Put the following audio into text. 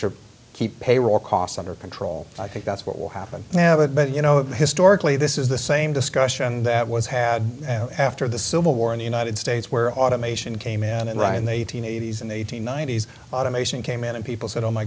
to keep payroll costs under control i think that's what will happen now but you know historically this is the same discussion that was had after the civil war in the united states where automation came in and right in the eighty's and the eighteen ninety's automation came in and people said oh my